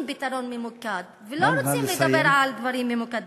פתרון ממוקד ולא רוצים לדבר על דברים ממוקדים.